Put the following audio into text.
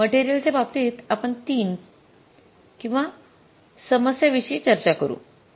material च्या बाबतीत आपण ३ किंवा समस्यांविषयी चर्चा करू